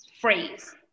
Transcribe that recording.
phrase